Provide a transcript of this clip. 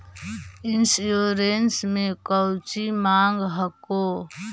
Insurance मे कौची माँग हको?